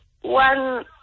one